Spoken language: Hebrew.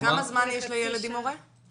כמה זמן יש לילד עם הורה?